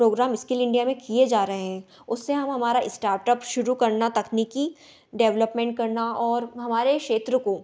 programme skill India में किए जा रहे हैं उससे हम हमारा इस्टार्टप शुरू करना तकनीकी डेवलपमेंट करना और हमारे क्षेत्रों को